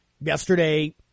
Yesterday